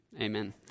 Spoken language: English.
Amen